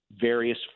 various